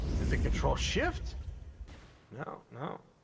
is a control shift no no,